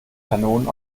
kanonen